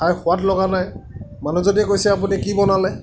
খাই সোৱাদ লগা নাই মানুহজনীয়ে কৈছে আপুনি কি বনালে